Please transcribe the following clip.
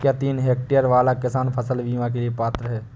क्या तीन हेक्टेयर वाला किसान फसल बीमा के लिए पात्र हैं?